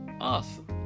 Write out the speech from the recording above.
Awesome